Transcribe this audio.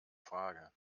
frage